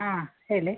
ಆಂ ಹೇಳಿ